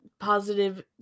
positive